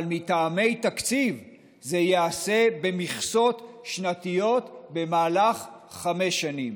אבל מטעמי תקציב זה ייעשה במכסות שנתיות במהלך חמש שנים.